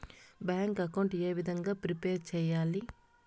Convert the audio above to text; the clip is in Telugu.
బ్యాంకు అకౌంట్ ఏ విధంగా ప్రిపేర్ సెయ్యాలి?